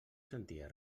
sentia